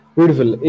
Beautiful